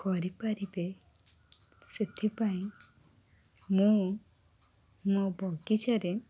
କରିପାରିବେ ସେଥିପାଇଁ ମୁଁ ମୋ ବଗିଚାରେ